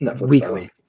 Weekly